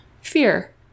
fear